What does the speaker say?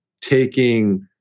taking